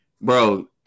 bro